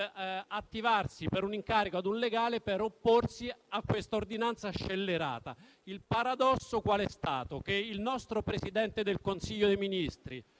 attivarsi per un incarico a un legale per opporsi all'ordinanza scellerata. Qual è stato il paradosso? Che il nostro Presidente del Consiglio dei ministri,